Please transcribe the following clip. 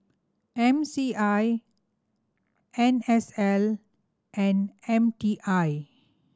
M C I N S L and M T I